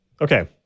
Okay